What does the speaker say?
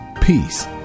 peace